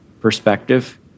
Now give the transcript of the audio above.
perspective